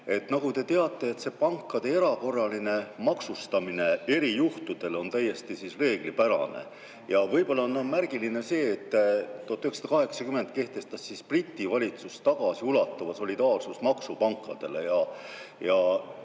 Nagu te teate, pankade erakorraline maksustamine erijuhtudel on täiesti reeglipärane. Võib-olla on märgiline see, et 1980 kehtestas Briti valitsus tagasiulatuva solidaarsusmaksu pankadele.